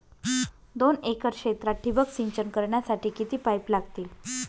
दोन एकर क्षेत्रात ठिबक सिंचन करण्यासाठी किती पाईप लागतील?